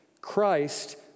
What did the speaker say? Christ